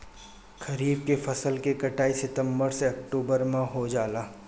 खरीफ के फसल के कटाई सितंबर से ओक्टुबर में हो जाला